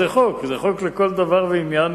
אז זה חוק לכל דבר ועניין,